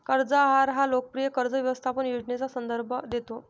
कर्ज आहार हा लोकप्रिय कर्ज व्यवस्थापन योजनेचा संदर्भ देतो